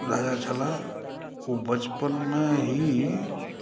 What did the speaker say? राजा छलाह ओ बचपनमे ही